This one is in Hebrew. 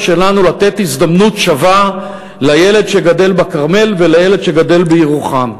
שלנו לתת הזדמנות שווה לילד שגדל בכרמל ולילד שגדל בירוחם.